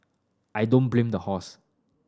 I don't blame the horse